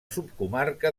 subcomarca